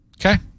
Okay